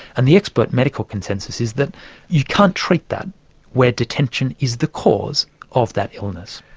and the expert medical consensus is that you can't treat that where detention is the cause of that illness.